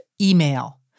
email